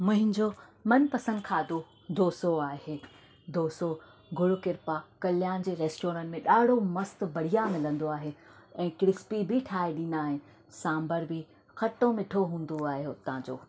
मुंहिंजो मनपसंदि खाधो डोसो आहे डोसो गुरु कृपा कल्याण जे रेस्टोरेंट में ॾाढो मस्तु बढ़िया मिलंदो आहे ऐं क्रिस्पी बि ठाहे ॾींदा आहिनि सांभर बि खटो मिठो हूंदो आहे हुतां जो